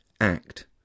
act